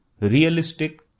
realistic